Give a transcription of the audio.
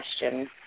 question